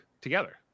together